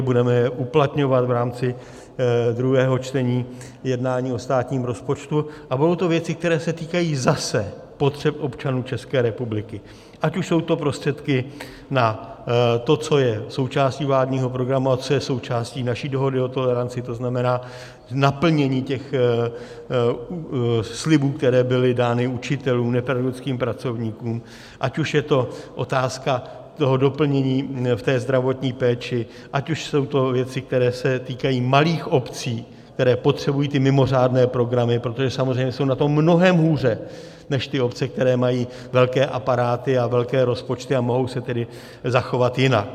Budeme je uplatňovat v rámci druhého čtení jednání o státním rozpočtu a budou to věci, které se týkají zase potřeb občanů České republiky, ať už jsou to prostředky na to, co je součástí vládního programu a co je součástí naší dohody o toleranci, to znamená naplnění těch slibů, které byly dány učitelům, nepedagogickým pracovníkům, ať už je to otázka toho doplnění v té zdravotní péči, ať už jsou to věci, které se týkají malých obcí, které potřebují ty mimořádné programy, protože samozřejmě jsou na tom mnohem hůře než ty obce, které mají velké aparáty a velké rozpočty, a mohou se tedy zachovat jinak.